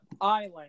island